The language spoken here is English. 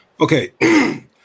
Okay